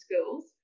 schools